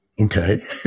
Okay